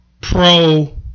pro